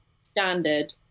standard